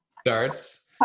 starts